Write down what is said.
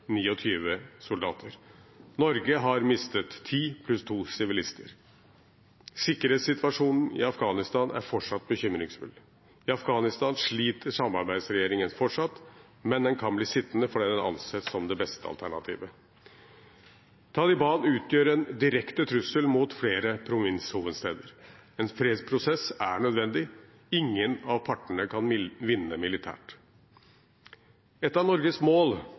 Norge har mistet ti pluss to sivilister. Sikkerhetssituasjonen i Afghanistan er fortsatt bekymringsfull. I Afghanistan sliter samarbeidsregjeringen fortsatt, men den kan bli sittende, fordi den anses som det beste alternativet. Taliban utgjør en direkte trussel mot flere provinshovedsteder. En fredsprosess er nødvendig. Ingen av partene kan vinne militært. Et av Norges mål